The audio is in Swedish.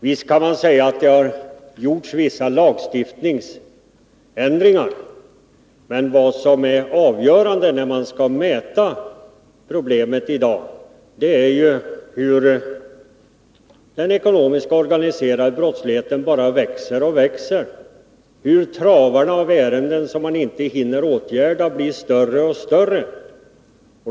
Visst har det gjorts en del lagändringar, men vad som är avgörande när man skall mäta problemet i dag är ju det faktum att den ekonomiska organiserade brottsligheten bara ökar, att travarna av ärenden som man inte hinner åtgärda blir allt större.